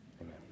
amen